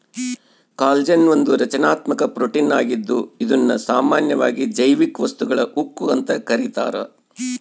collagen ಒಂದು ರಚನಾತ್ಮಕ protein ಆಗಿದ್ದು ಇದುನ್ನ ಸಾಮಾನ್ಯವಾಗಿ ಜೈವಿಕ ವಸ್ತುಗಳ ಉಕ್ಕು ಅಂತ ಕರೀತಾರ